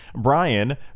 Brian